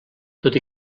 tot